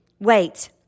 wait